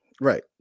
right